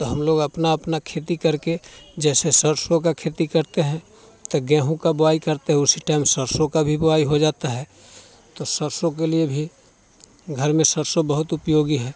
तो हम लोग अपना अपना खेती करके जैसे सरसों का खेती करते हैं तो गेहूँ का बोआई करते हैं उसी टाइम सरसों का भी बोआई हो जाता है तो सरसों के लिए भी घर में सरसों बहुत उपयोगी है